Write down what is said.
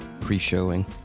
pre-showing